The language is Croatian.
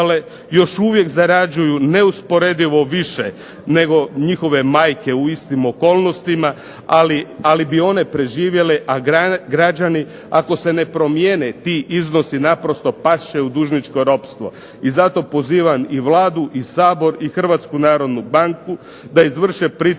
još uvijek zarađuju neusporedivo više nego njihove majke u istim okolnostima ali bi one preživjele, a građani, ako se ne promijene ti iznosi past će u dužničko ropstvo. I zato pozivam i Vladu i Sabor i Hrvatsku narodnu banku da izvrše pritisak